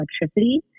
electricity